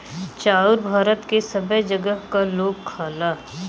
चाउर भारत के सबै जगह क लोग खाला